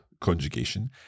conjugation